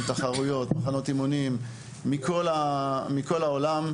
תחרויות ומחנות אימונים מכל העולם,